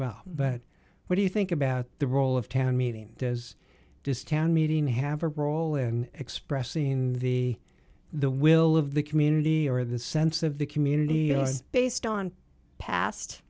well but what do you think about the role of town meeting as does town meeting have a role in expressing the the will of the community or the sense of the community based on past